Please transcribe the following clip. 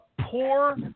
poor